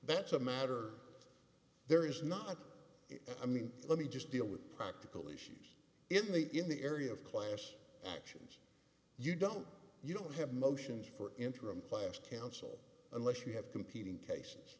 that's a matter there is not i mean let me just deal with practical issues in the in the area of class actions you don't you don't have motions for interim class counsel unless you have competing cas